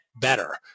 better